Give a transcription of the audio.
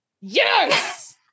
yes